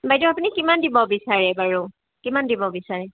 বাইদেউ আপুনি কিমান দিব বিচাৰে বাৰু কিমান দিব বিচাৰে